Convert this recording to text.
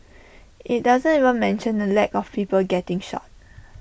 IT doesn't even mention the lack of people getting shot